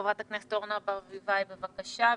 חברת הכנסת אורנה ברביבאי, בבקשה.